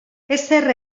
ezer